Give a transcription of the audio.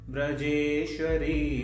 Brajeshwari